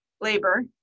labor